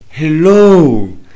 Hello